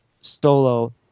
solo